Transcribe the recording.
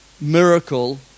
miracle